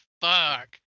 fuck